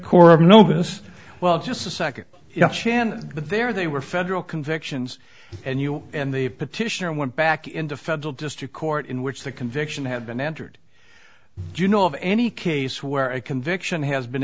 well just a second chance but there they were federal convictions and you and the petitioner went back into federal district court in which the conviction had been entered do you know of any case where a conviction has been